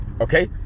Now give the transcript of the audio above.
Okay